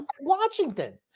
Washington